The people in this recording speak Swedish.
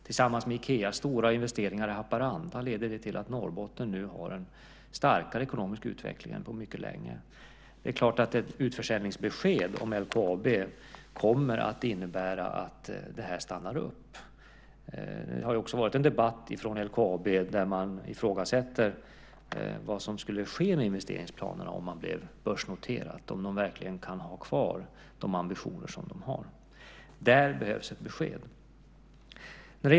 Tillsammans med Ikeas stora investeringar i Haparanda leder detta till att Norrbotten nu har en starkare ekonomisk utveckling än på mycket länge. Det är klart att ett utförsäljningsbesked om LKAB kommer att innebära att det här stannar upp. Det har ju också förts en debatt från LKAB där man ifrågasätter vad som skulle ske med investeringsplanerna om företaget blev börsnoterat. Kan man då verkligen ha kvar de ambitioner som man har? Där behövs ett besked.